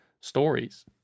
stories